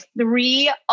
three